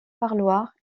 parloir